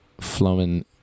flowing